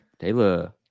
Taylor